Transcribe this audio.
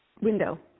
window